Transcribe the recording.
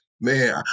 man